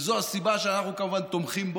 וזו הסיבה שאנחנו, כמובן, תומכים בו.